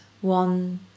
one